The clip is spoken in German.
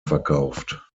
verkauft